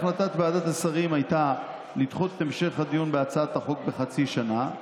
החלטת ועדת השרים הייתה לדחות את המשך הדיון בהצעת החוק בחצי שנה,